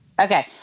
Okay